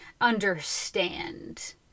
understand